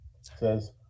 says